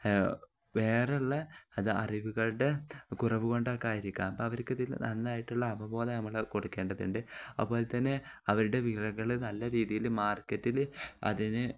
വേറെയുള്ള അത് അറിവുകളുടെ കുറവ് കൊണ്ടൊക്കെയായിരിക്കാം അപ്പോള് അവർക്കിതില് നന്നായിട്ടുള്ള അവബോധം നമ്മള് കൊടുക്കേണ്ടതുണ്ട് അതുപോലെ തന്നെ അവരുടെ വിളകള് നല്ല രീതിയില് മാർക്കറ്റില് അതിന്